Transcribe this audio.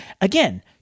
Again